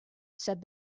said